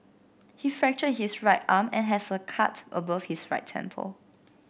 he fractured his right arm and has a cut above his right temple